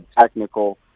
technical